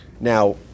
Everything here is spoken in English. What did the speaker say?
Now